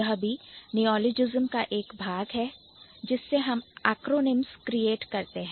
यह भी Neologism का एक भाग है जिससे हम Acronyms create करते हैं